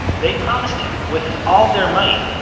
they promised him, with all their might,